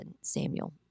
Samuel